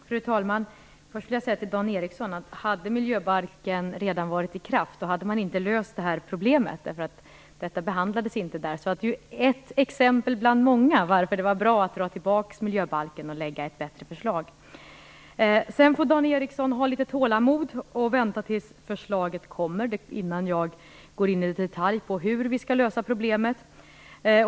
Fru talman! Först vill jag säga till Dan Ericsson att hade miljöbalken redan varit i kraft så hade man inte löst det här problemet. Detta behandlades inte där. Detta är alltså ett exempel bland många på varför det var bra att dra tillbaka miljöbalken och lägga fram ett bättre förslag. Dan Ericsson får ha litet tålamod och vänta tills förslaget kommer innan jag går in i detalj på hur vi skall lösa problemet.